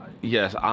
yes